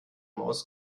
maus